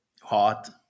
hot